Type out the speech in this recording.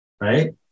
right